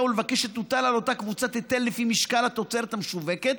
ולבקש שתוטל על אותה קבוצה היטל לפי משקל התוצרת המשווקת,